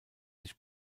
sich